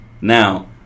Now